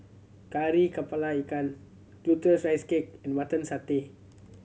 Kari Kepala Ikan Glutinous Rice Cake and Mutton Satay